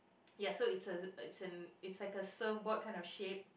ya so it's a it's an it's like a surf board kind of shape